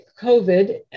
COVID